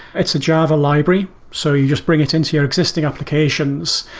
it's a java library. so you just bring it into your existing applications.